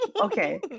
Okay